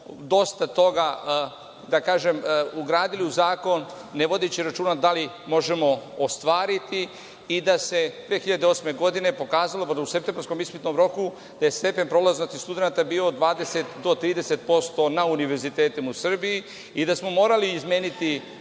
dosta toga, da kažem, ugradili u Zakon, ne vodeći računa da li možemo ostvariti i da se 2008. godine pokazalo da bi u septembarskom ispitnom roku stepen prolaznosti studenata bio 20-30% na univerzitetima u Srbiji i da smo morali izmeniti